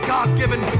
God-given